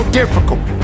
difficult